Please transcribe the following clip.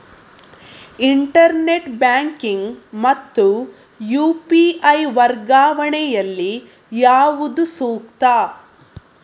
Internet banking ಮತ್ತು UPI ವರ್ಗಾವಣೆ ಯಲ್ಲಿ ಯಾವುದು ಸೂಕ್ತ?